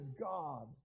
God